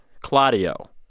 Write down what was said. Claudio